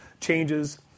changes